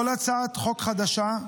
כל הצעת חוק חדשה,